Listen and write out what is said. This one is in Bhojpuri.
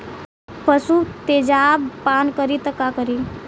पशु तेजाब पान करी त का करी?